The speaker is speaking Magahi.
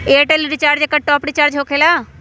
ऐयरटेल रिचार्ज एकर टॉप ऑफ़ रिचार्ज होकेला?